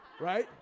Right